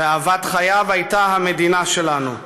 ואהבת חייו הייתה המדינה שלנו.